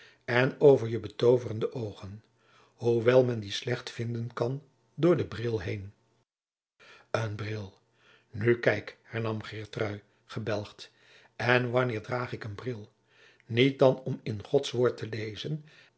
en over je betoverende oogen hoewel men die slecht vinden kan door den bril heen een bril nu kijk hernam geertrui gebelgd en wanneer draag ik een bril niet dan om in gods woord te lezen